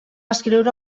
escriure